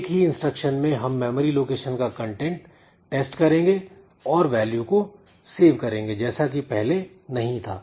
एक ही इंस्ट्रक्शन में हम मेमोरी लोकेशन का कंटेंट टेस्ट करेंगे और वैल्यू को सेव करेंगे जैसा कि पहले नहीं था